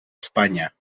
espanya